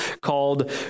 called